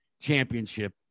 championship